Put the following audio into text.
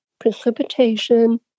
precipitation